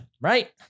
Right